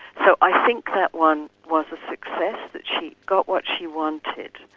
so, i think that one was a success, that she got what she wanted,